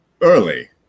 early